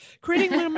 Creating